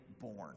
born